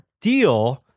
deal